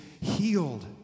healed